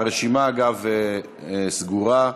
הרשימה, אגב, סגורה.